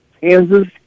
Kansas